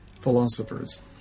Philosophers